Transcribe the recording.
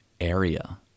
area